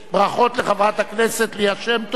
ברכות לחברת הכנסת ליה שמטוב,